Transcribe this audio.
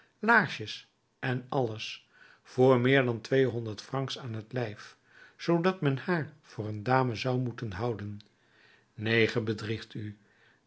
laarsjes en alles voor meer dan tweehonderd francs aan t lijf zoodat men haar voor een dame zou moeten houden neen ge bedriegt u